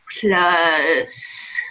plus